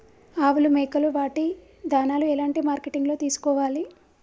ఆవులు మేకలు వాటి దాణాలు ఎలాంటి మార్కెటింగ్ లో తీసుకోవాలి?